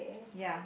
ya